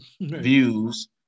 views